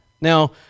Now